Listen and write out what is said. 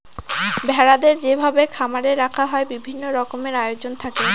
ভেড়াদের যেভাবে খামারে রাখা হয় বিভিন্ন রকমের আয়োজন থাকে